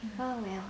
oh wells